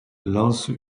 lance